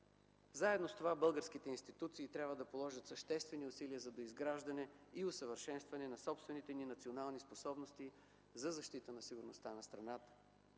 Заедно с това българските институции трябва да положат съществени усилия за доизграждане и усъвършенстване на собствените ни национални способности за защита на сигурността на страната.